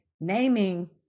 naming